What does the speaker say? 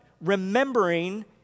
remembering